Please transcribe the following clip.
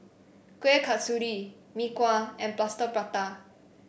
Kueh Kasturi Mee Kuah and Plaster Prata